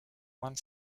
one